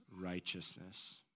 righteousness